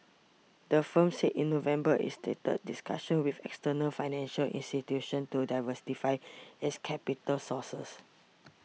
the firm said in November it's started discussions with external financial institutions to diversify its capital sour sources